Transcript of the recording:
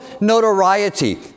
notoriety